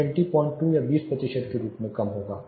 VLT 02 या 20 प्रतिशत के रूप में कम होगा